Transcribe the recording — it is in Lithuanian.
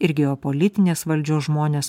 ir geopolitinės valdžios žmonės